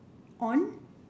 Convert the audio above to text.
on